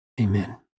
Amen